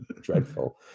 dreadful